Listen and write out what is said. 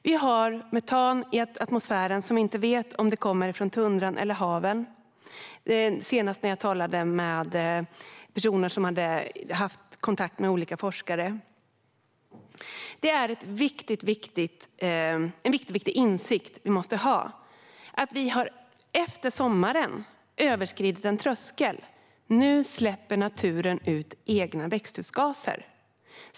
Vi har metan i atmosfären, och enligt vad jag fick höra när jag senast talade med personer som hade haft kontakt med olika forskare vet vi inte om det kommer från tundran eller haven. Vi måste ha den viktiga insikten att vi efter sommaren har överskridit en tröskel - nu släpper naturen ut egna växthusgaser.